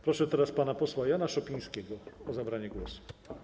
Proszę teraz pana posła Jana Szopińskiego o zabranie głosu.